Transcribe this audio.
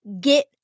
get